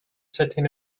sitting